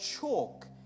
chalk